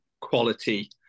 quality